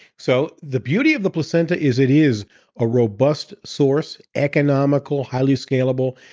so, the beauty of the placenta is it is a robust source, economical highly scalable.